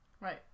right